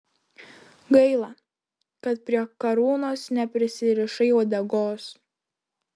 gaila kad prie karūnos neprisirišai uodegos